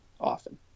often